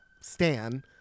Stan